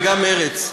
וגם מרצ,